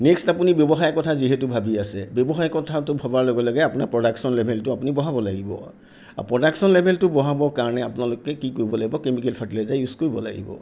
next আপুনি ব্যৱসায়ৰ কথা যিহেতু ভাবি আছে ব্যৱসায়ৰ কথাটো ভবাৰ লগে লগে আপোনাৰ প্ৰডাকশ্যন লেভেলটো আপুনি বঢ়াব লাগিব আৰু প্ৰডাকশ্যন লেভেলটো বঢ়াবৰ কাৰণে আপোনালোকে কি কৰিব লাগিব কেমিকেল ফাৰ্টিলাইজাৰ ইউজ কৰিব লাগিব